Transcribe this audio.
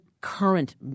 current